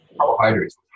carbohydrates